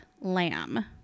lamb